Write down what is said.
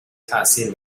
تاثیر